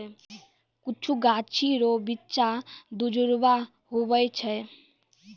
कुछु गाछी रो बिच्चा दुजुड़वा हुवै छै